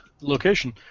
location